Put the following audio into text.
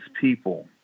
people